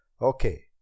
Okay